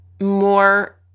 more